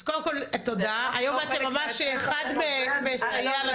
אז קודם כל תודה, היום אתם ממש אחד מסייע לשני.